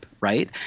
right